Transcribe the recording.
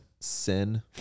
sin